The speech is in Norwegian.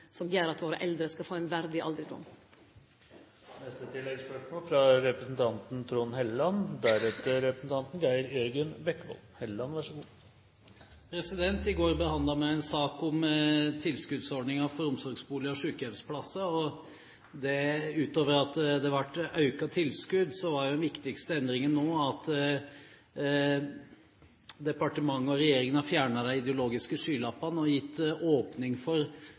som gjer at våre eldre skal få ein verdig alderdom. Trond Helleland – til oppfølgingsspørsmål. I går behandlet vi en sak om tilskuddsordninger for omsorgsboliger og sykehjemsplasser. Utover at det ble økt tilskudd, var den viktigste endringen nå at departementet og regjeringen har fjernet de ideologiske skylappene og gitt åpning for